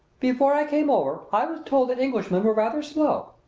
before i came over i was told that englishmen were rather slow.